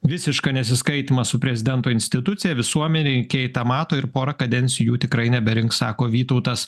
visišką nesiskaitymą su prezidento institucija visuomeninkei tą mato ir porą kadencijų tikrai neberinks sako vytautas